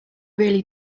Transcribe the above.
really